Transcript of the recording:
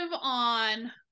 on